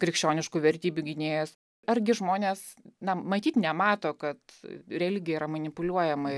krikščioniškų vertybių gynėjas argi žmonės na matyt nemato kad religija yra manipuliuojama